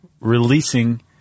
releasing